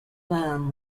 plan